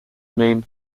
mean